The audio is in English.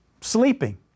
sleeping